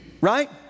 right